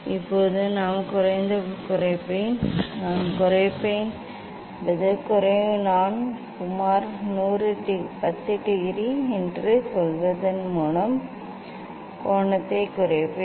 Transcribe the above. இப்போது நான் குறைப்பேன் நான் குறைப்பேன் குறைவு நான் சுமார் 10 டிகிரி என்று சொல்வதன் மூலம் கோணத்தை குறைப்பேன்